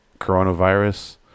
coronavirus